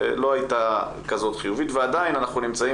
לא הייתה כזאת חיובית ועדיין אנחנו נמצאים